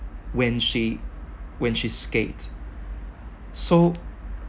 when she when she skate so